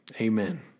Amen